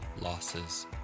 losses